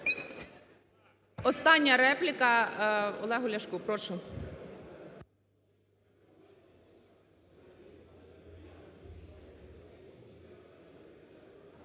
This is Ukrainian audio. Остання репліка – Олегу Ляшку. Прошу.